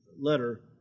letter